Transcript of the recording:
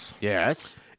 Yes